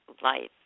life